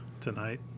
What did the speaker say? tonight